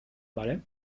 vale